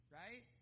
right